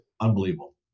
unbelievable